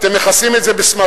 אתם מכסים את זה בסמרטוטים.